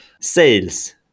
Sales